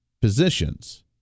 positions